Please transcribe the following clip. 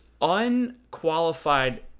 unqualified